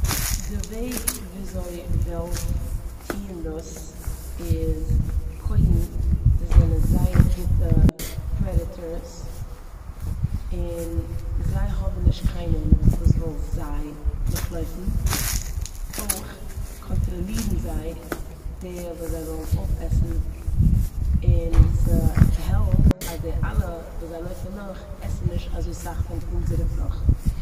די וועג וויאזוי וועלף טוען דאס איז קודם, זיי זענען זייער גוטע פרעדעטארס און זי האבן נישט קיינעם וואס וויל זיי נאכלויפן. אויך קאנטראלירן זיי די וואס זיי ווילן אויפעסן און ס'העלפט אז די אלע וואס זיי לויפן נאך עסן נישט אזוי סאך פון אונזערע פרוכט.